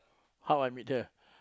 how I meet her